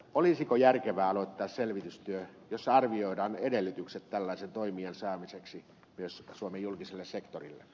olisiko järkevää aloittaa selvitystyö jossa arvioidaan edellytykset tällaisen toimijan saamiseksi myös suomen julkiselle sektorille